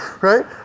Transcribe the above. right